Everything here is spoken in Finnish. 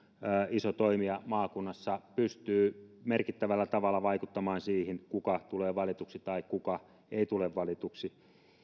iso toimija maakunnassa pystyy merkittävällä tavalla vaikuttamaan siihen kuka tulee valituksi tai kuka ei tule valituksi